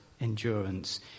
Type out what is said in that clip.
endurance